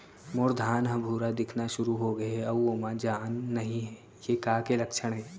मोर धान ह भूरा दिखना शुरू होगे हे अऊ ओमा जान नही हे ये का के लक्षण ये?